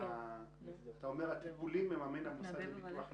אמרת שאת הטיפולים מממן המוסד לביטוח לאומי.